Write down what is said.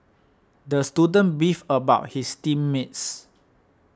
the student beefed about his team mates